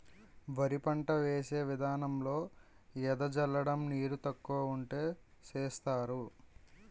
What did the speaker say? వరి పంట వేసే విదానంలో ఎద జల్లడం నీరు తక్కువ వుంటే సేస్తరు